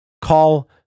call